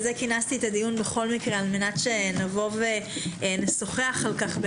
כינסתי את הדיון בכל מקרה כדי שנשוחח על כך,